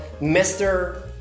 Mr